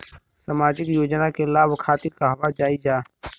सामाजिक योजना के लाभ खातिर कहवा जाई जा?